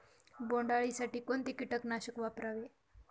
बोंडअळी साठी कोणते किटकनाशक वापरावे?